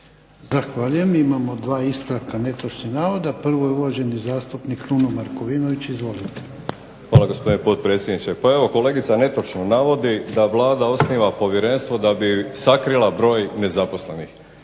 Zahvaljujem. Imamo 2 ispravka netočnih navoda. Prvo je uvaženi zastupnik Kruno Markovinović, izvolite. **Markovinović, Krunoslav (HDZ)** Hvala gospodine potpredsjedniče. Pa evo kolegica netočno navodi da Vlada osniva povjerenstvo da bi sakrila broj nezaposlenih.